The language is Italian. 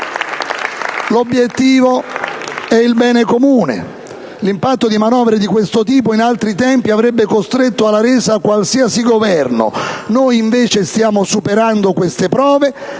L'obiettivo è il bene comune. L'impatto di manovre di questo tipo, in altri tempi, avrebbe costretto alla resa qualsiasi Governo, noi stiamo invece superando queste prove,